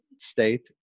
state